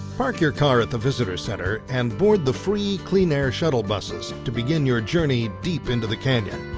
park your car at the visitor center and board the free clean air shuttle buses to begin your journey deep into the canyon.